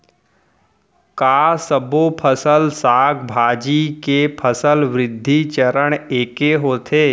का सबो फसल, साग भाजी के फसल वृद्धि चरण ऐके होथे?